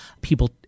People